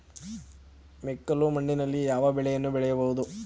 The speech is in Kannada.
ಮೆಕ್ಕಲು ಮಣ್ಣಿನಲ್ಲಿ ಯಾವ ಬೆಳೆಯನ್ನು ಬೆಳೆಯಬಹುದು?